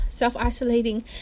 self-isolating